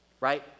right